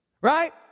Right